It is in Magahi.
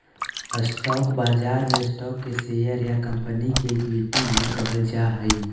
स्टॉक बाजार में स्टॉक के शेयर या कंपनी के इक्विटी भी कहल जा हइ